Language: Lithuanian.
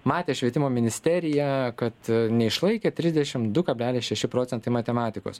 matė švietimo ministerija kad neišlaikė trisdešim du kablelis šeši procentai matematikos